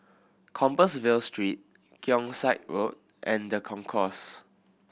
Compassvale Street Keong Saik Road and The Concourse